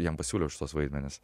jiem pasiūliau šituos vaidmenis